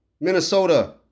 Minnesota